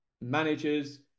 managers